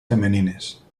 femenines